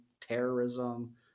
terrorism